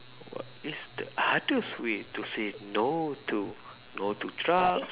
what is the hardest way to say no to no to drug